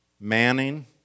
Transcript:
Manning